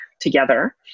together